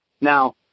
Now